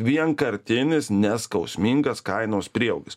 vienkartinis neskausmingas kainos prieaugis